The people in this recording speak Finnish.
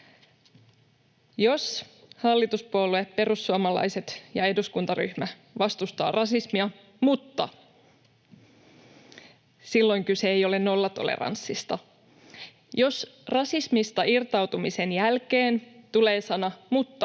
Jos hallituspuolue perussuomalaiset ja eduskuntaryhmä ”vastustavat rasismia, mutta...”, silloin kyse ei ole nollatoleranssista. Jos rasismista irtautumisen jälkeen tulee sana ”mutta”